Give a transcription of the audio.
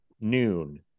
noon